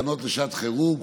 תקנות לשעת חירום,